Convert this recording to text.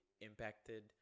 impacted